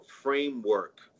Framework